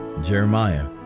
Jeremiah